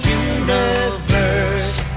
universe